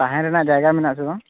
ᱛᱟᱦᱮᱱ ᱨᱮᱱᱟᱜ ᱡᱟᱭᱜᱟ ᱢᱮᱱᱟᱜᱼᱟ ᱥᱮ ᱵᱟᱝ